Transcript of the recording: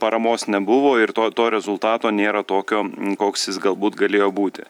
paramos nebuvo ir to to rezultato nėra tokio koks jis galbūt galėjo būti